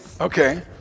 Okay